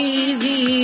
easy